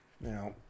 Now